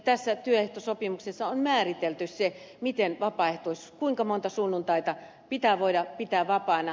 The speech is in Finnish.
tässä työehtosopimuksessa on määritelty se kuinka monta sunnuntaita pitää voida pitää vapaana